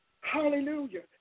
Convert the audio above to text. Hallelujah